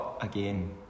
again